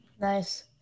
Nice